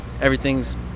everything's